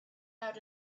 out